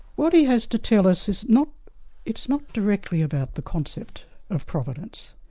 what he has to tell us, it's not it's not directly about the concept of providence,